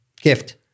Gift